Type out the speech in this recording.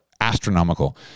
astronomical